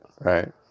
Right